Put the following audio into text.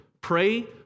pray